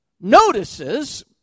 notices